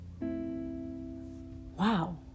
wow